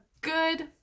good